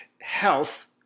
health